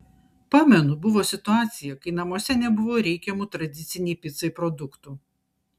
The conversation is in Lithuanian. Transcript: pamenu buvo situacija kai namuose nebuvo reikiamų tradicinei picai produktų